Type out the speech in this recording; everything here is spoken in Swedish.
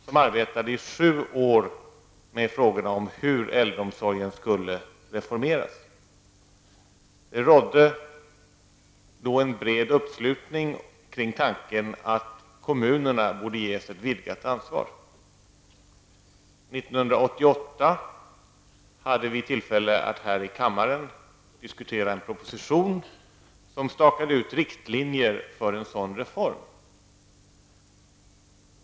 Den arbetade i sju år med frågorna om hur äldreomsorgen skulle reformeras. Det rådde då en bred uppslutning kring tanken att kommunerna borde ges ett vidgat ansvar. År 1988 hade vi tillfälle att här i kammaren diskutera en proposition som stakade ut riktlinjer för en sådan reform.